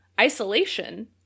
isolation